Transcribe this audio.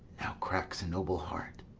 now cracks a noble heart